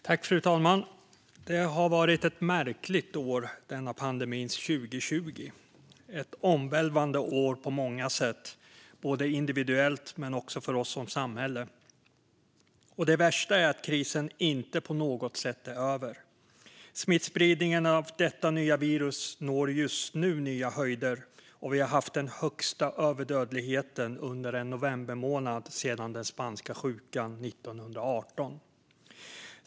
Fru talman! Det har varit ett märkligt år, denna pandemins 2020. Det har varit ett omvälvande år på många sätt, både individuellt och för oss som samhälle. Och det värsta är att krisen inte på något sätt är över. Smittspridningen av detta nya virus når just nu nya höjder, och vi har haft den högsta överdödligheten under en novembermånad sedan spanska sjukan 1918.